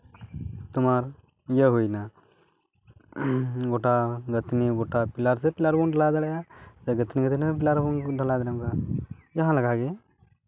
ᱛᱳᱢᱟᱨ ᱤᱭᱟᱹ ᱦᱩᱭ ᱱᱟ ᱜᱳᱴᱟ ᱜᱟᱹᱛᱷᱱᱤ ᱜᱳᱴᱟ ᱯᱤᱞᱟᱨ ᱥᱮ ᱯᱤᱞᱟᱨ ᱵᱚᱱ ᱵᱮᱱᱟᱣ ᱫᱟᱲᱮᱭᱟᱜᱼᱟ ᱥᱮ ᱜᱟᱹᱛᱷᱱᱤ ᱠᱟᱛᱮᱫ ᱦᱚᱸ ᱯᱤᱞᱟᱨ ᱵᱚᱱ ᱰᱷᱟᱞᱟᱭ ᱫᱟᱲᱮᱭᱟᱜᱼᱟ ᱚᱱᱠᱟ ᱡᱟᱦᱟᱸ ᱞᱮᱠᱟᱜᱮ